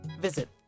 visit